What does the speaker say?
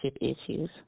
issues